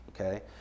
okay